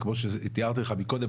כמו שתיארתי לך מקודם,